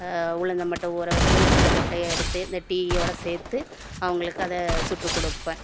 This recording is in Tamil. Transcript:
உளுந்தை மட்டும் ஊற வச்சு மிக்சியில் போட்டு எடுத்து இந்த டீயோடு சேர்த்து அவங்களுக்கு அதை சுட்டுக் கொடுப்பேன்